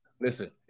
Listen